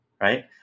right